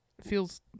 Feels